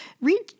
Read